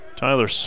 Tyler